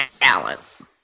balance